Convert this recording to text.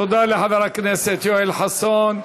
תודה לחבר הכנסת יואל חסון.